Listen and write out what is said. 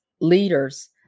leaders